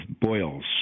boils